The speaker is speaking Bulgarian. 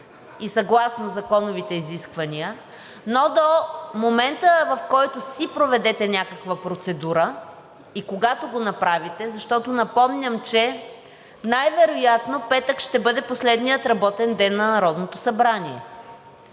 и съгласно законовите изисквания, но до момента, в който си проведете някаква процедура, и когато го направите, защото напомням, че най-вероятно в петък ще бъде последният работен ден на Народното събрание,